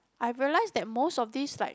I realise that most of these like